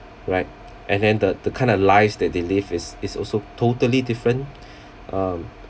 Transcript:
right and then the the kind of lives that they live is is also totally different um